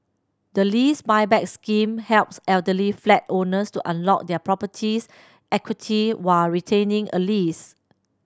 the Lease Buyback Scheme helps elderly flat owners to unlock their property's equity while retaining a lease